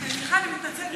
סליחה, אני מתנצלת.